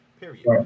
period